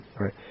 right